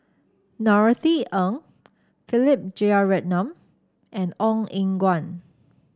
Norothy Ng Philip Jeyaretnam and Ong Eng Guan